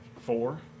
Four